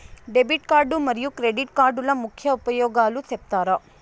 Debit card మరియు credit కార్డుల ముఖ్య ఉపయోగాలు సెప్తారా?